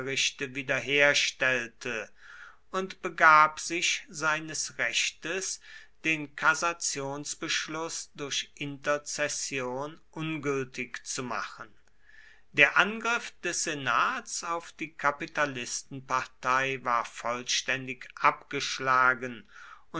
wiederherstelle und begab sich seines rechtes den kassationsbeschluß durch interzession ungültig zu machen der angriff des senats auf die kapitalistenpartei war vollständig abgeschlagen